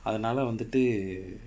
அது நால வந்துட்டு:athu naala vanthuttu